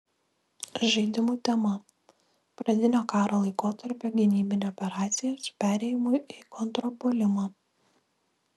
žaidimų tema pradinio karo laikotarpio gynybinė operacija su perėjimu į kontrpuolimą